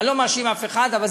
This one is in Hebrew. זה